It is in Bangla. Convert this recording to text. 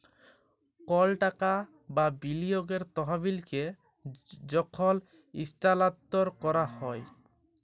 কল টাকা বা বিলিয়গের তহবিলকে যখল ইস্থালাল্তর ক্যরা হ্যয়